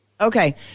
Okay